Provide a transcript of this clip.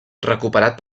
recuperat